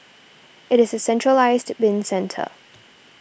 it is a centralised bin centre